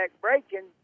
Breaking